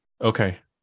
Okay